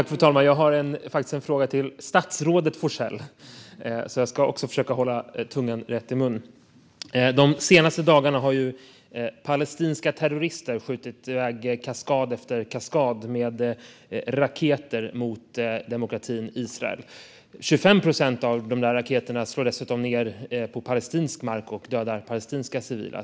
Fru talman! Jag har en fråga till statsrådet Forssell. De senaste dagarna har palestinska terrorister skjutit kaskad efter kaskad med raketer mot demokratin Israel. 25 procent av raketerna slår dessutom ned på palestinsk mark och dödar palestinska civila.